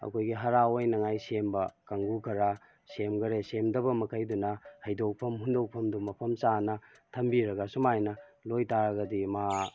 ꯑꯩꯈꯣꯏꯒꯤ ꯍꯥꯔꯥ ꯑꯣꯏꯅꯤꯡꯉꯥꯏ ꯁꯦꯝꯕ ꯀꯥꯡꯒꯨ ꯈꯔ ꯁꯦꯝꯒꯔꯦ ꯁꯦꯝꯗꯕ ꯃꯈꯩꯗꯨꯅ ꯍꯩꯗꯣꯛꯐꯝ ꯍꯨꯟꯗꯣꯛꯐꯝꯗꯨ ꯃꯐꯝ ꯆꯥꯅ ꯊꯝꯕꯤꯔꯒ ꯁꯨꯃꯥꯏꯅ ꯂꯣꯏ ꯇꯥꯔꯒꯗꯤ ꯃꯥ